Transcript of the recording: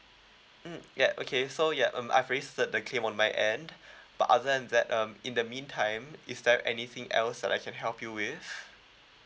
mm yup okay so yup um I've raised the claim on my end but other than that um in the meantime is there anything else that I can help you with